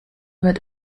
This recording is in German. wird